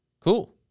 Cool